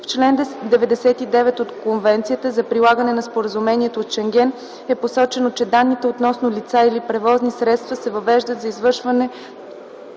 В чл. 99 от Конвенцията за прилагане на Споразумението от Шенген е посочено, че данните относно лица или превозни средства се въвеждат за извършване